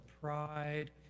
pride